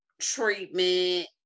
treatment